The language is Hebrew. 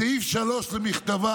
בסעיף 3 למכתבה,